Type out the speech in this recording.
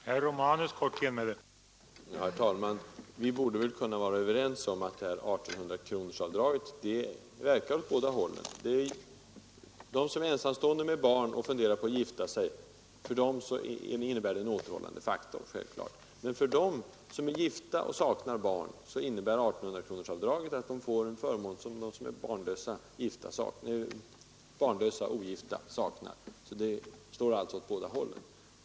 Herr talman! Vi borde väl kunna vara överens om att I 800-kronorsavdraget verkar åt båda hållen. För dem som är ensamstående med barn och funderar på att gifta sig innebär det självfallet en återhållande faktor, men för dem som är gifta och saknar barn innebär avdraget att de får en förmån som de barnlösa ogifta saknar. Det slår som sagt åt båda hållen.